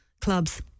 clubs